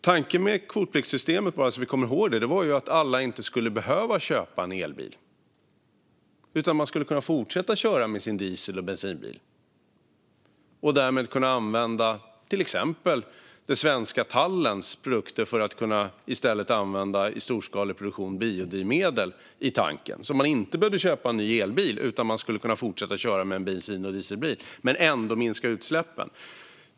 Tanken med kvotpliktssystemet - bara så att vi kommer ihåg det - var att inte alla skulle behöva köpa en elbil. Man skulle kunna fortsätta köra med sin diesel eller bensinbil. Därmed skulle vi kunna använda till exempel den svenska tallens produkter för storskalig produktion av biodrivmedel till tanken så att man inte behövde köpa en ny elbil utan kunde fortsätta köra med en bensin eller dieselbil men ändå minska utsläppen.